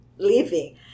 living